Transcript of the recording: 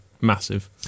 massive